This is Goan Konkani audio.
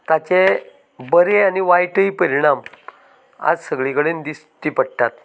ताचे बरे आनी वायटय परिणाम आज सगळीं कडेन दिश्टी पडटात